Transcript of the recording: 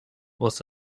was